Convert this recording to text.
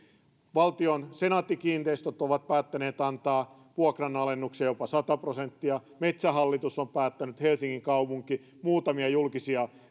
valtion senaatti kiinteistöt on päättänyt antaa vuokranalennuksia jopa sata prosenttia metsähallitus on päättänyt ja helsingin kaupunki muutamia julkisia